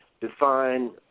define